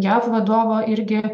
jav vadovo irgi